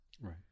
Right